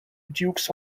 dukes